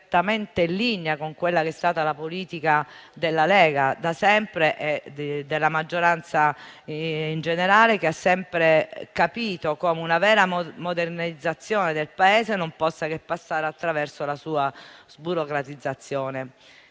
in linea con quella che è stata la politica della Lega da sempre e della maggioranza in generale, che ha sempre capito come una vera modernizzazione del Paese non possa che passare attraverso la sua sburocratizzazione.